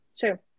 sure